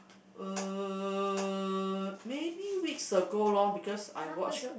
uh maybe weeks ago lor because I watch